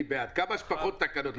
כמה שפחות תקנות.